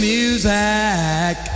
music